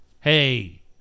Hey